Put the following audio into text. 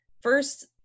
First